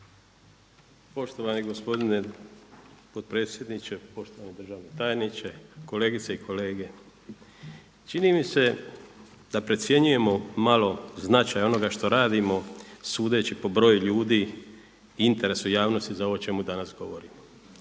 Poštovani gospodine potpredsjedniče, poštovani državni tajniče, kolegice i kolege. Čini mi se da precjenjujemo malo onoga što radimo sudeći po broju ljudi i interesu javnosti za ovo o čemu danas govorimo,